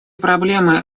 проблемы